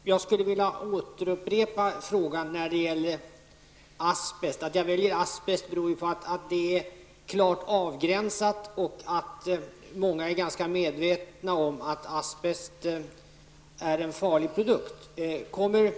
Herr talman! Jag skulle vilja upprepa frågan om asbest. Att jag väljer asbest beror på att det är en klart avgränsad fråga och att vi är ganska medvetna om att asbest är en farlig produkt. Kommer